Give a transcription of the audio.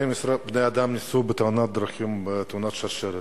12 בני-אדם נפצעו בתאונת דרכים, בתאונת שרשרת.